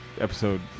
episode